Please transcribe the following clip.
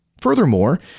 Furthermore